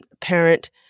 parent